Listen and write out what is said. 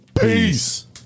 Peace